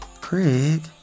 Craig